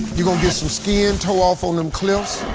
you gonna get some skin tore off on them cliffs.